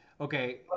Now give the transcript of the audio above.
okay